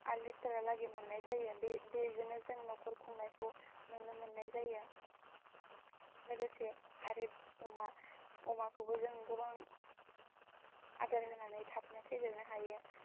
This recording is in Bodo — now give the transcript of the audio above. आट लिटारहालागै मोननाय जायो बे बेजोंनो जों न'खर खुंनायखौ नुनो मोननाय जायो लोगोसे आरो अमा अमाखौबो जोङो गोबां आदार होनानै थाबनो फेदेरनो हायो